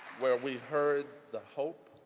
where we heard the hope,